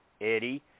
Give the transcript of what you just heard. eddie